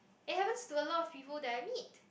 it happens to a lot of people that I meet